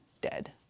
dead